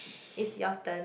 is your turn